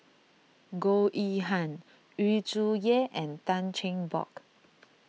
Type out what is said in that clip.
Goh Yihan Yu Zhuye and Tan Cheng Bock